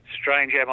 strange